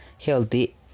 healthy